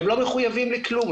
הם לא מחויבים לכלום.